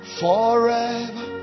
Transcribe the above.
forever